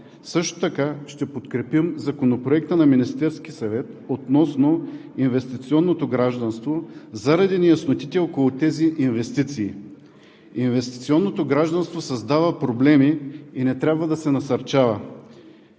Също така ще подкрепим Законопроекта на Министерския съвет относно инвестиционното гражданство заради неяснотите около тези инвестиции. Инвестиционното гражданство създава проблеми и не трябва да се насърчава.